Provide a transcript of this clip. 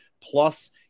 plus